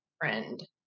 friend